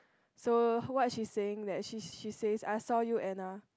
so what she saying that she she says I saw you Anna